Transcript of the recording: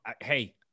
Hey